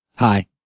Hi